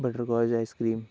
butterscotch ice cream